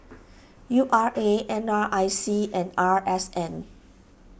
U R A N R I C and R S N